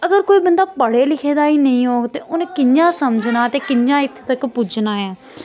अगर कोई बंदा पढ़े लिखे दा ई नेईं होग ते उ'नें कि'यां समझना ते कि'यां इत्थें तक पुज्जना ऐ